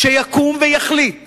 שיקום ויחליט